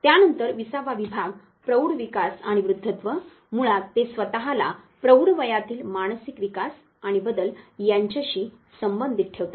त्यानंतर विसावा विभाग प्रौढ विकास आणि वृद्धत्व मुळात ते स्वत ला प्रौढ वयातील मानसिक विकास आणि बदल यांच्याशी संबंधित ठेवतात